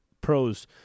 pros